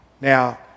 Now